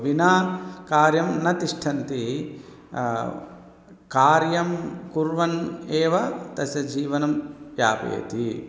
विना कार्यं न तिष्ठन्ति कार्यं कुर्वन् एव तस्य जीवनं यापयति